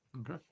okay